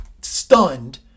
stunned